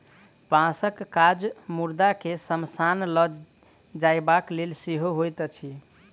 बाँसक काज मुर्दा के शमशान ल जयबाक लेल सेहो होइत अछि